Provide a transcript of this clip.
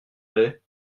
allait